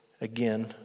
again